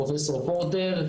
פרופ' פורטר,